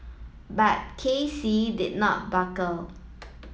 but K C did not buckle